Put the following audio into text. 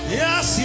yes